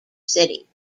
city